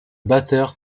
batteur